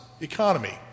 economy